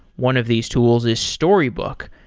one of these tools is storybook,